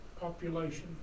population